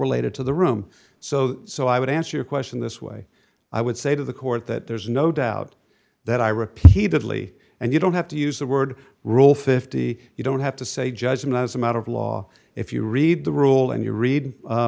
related to the room so that so i would answer your question this way i would say to the court that there's no doubt that i repeatedly and you don't have to use the word rule fifty you don't have to say judgment as a matter of law if you read the rule and you read